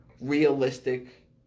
realistic